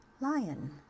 Lion